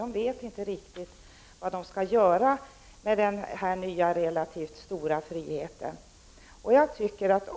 De vet inte riktigt vad de skall göra med den nya, relativt stora, friheten.